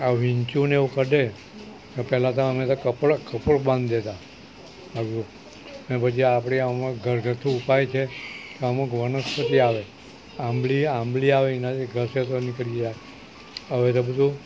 આ વીંછીને એવું કરડે તો પહેલાં તો અમે તો કપડું બાંધી દેતા આવું ને પછી આપણે આમાં ઘરગથ્થુ ઉપાય છે તો અમુક વનસ્પતિ આવે આંબલી આંબલી આવે એનાથી ઘસે તો નીકળી જાય હવે તો બધુ